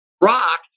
rock